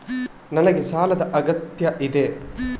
ನನಗೆ ಸಾಲದ ಅಗತ್ಯ ಇದೆ?